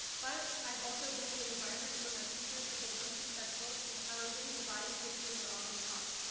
but i have also been in an environment where my teachers have been unsuccessful in challenging the biased history we're often taught.